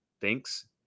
thinks